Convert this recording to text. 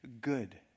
good